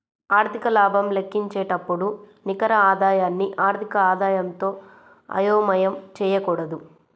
ఆర్థిక లాభం లెక్కించేటప్పుడు నికర ఆదాయాన్ని ఆర్థిక ఆదాయంతో అయోమయం చేయకూడదు